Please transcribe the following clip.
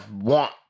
want